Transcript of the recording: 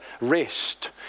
rest